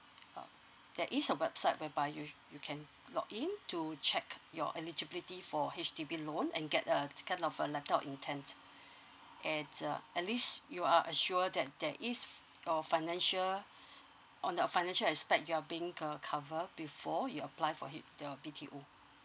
uh there is a website whereby you you can log in to check your eligibility for H_D_B loan and get uh it's kind of a letter of intend and it's uh at least you are assure that there is for your financial on the financial aspect you're being uh cover before you apply for your B_T_O